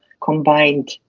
combined